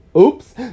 Oops